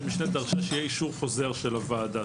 משנה דרשה שיהיה אישור חוזר של הוועדה.